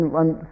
one